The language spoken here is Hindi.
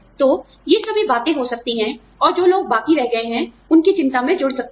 तो ये सभी बातें हो सकती हैं और जो लोग बाकी रह गए हैं उनकी चिंता में जुड़ सकती हैं